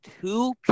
Two